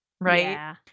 Right